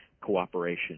cooperation